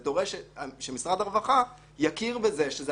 זה דורש שמשרד הרווחה יכיר בזה שזו